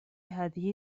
هذه